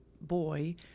boy